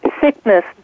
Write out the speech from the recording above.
sickness